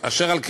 אשר על כן,